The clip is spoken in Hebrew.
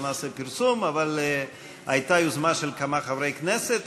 לא נעשה פרסום, אבל הייתה יוזמה של כמה חברי כנסת.